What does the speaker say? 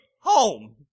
home